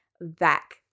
back